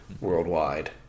worldwide